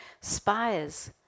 spires